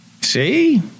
See